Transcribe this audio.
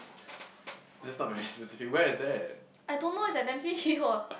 I don't know is at Dempsey-Hill !woah!